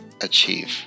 achieve